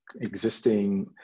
existing